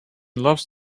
loves